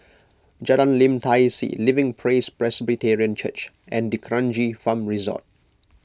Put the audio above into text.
Jalan Lim Tai See Living Praise Presbyterian Church and D'Kranji Farm Resort